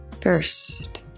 First